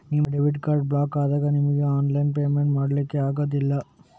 ನಿಮ್ಮ debit card block ಆದಾಗ ನಿಮಿಗೆ ಆನ್ಲೈನ್ ಪೇಮೆಂಟ್ ಮಾಡ್ಲಿಕ್ಕೆ ಆಗುದಿಲ್ಲ